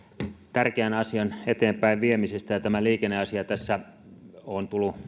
tärkeän asian eteenpäinviemisestä tämä liikenneasia tässä on tullut